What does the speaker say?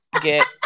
get